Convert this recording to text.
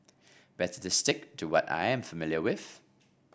better to stick to what I am familiar with